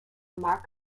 mark